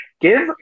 give